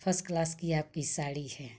first class की आपकी साड़ी है